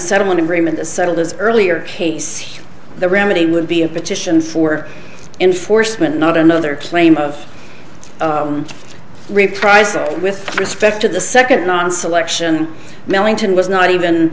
settlement agreement to settle the earlier case here the remedy would be a petition for enforcement not another claim of reprisal with respect to the second non selection millington was not even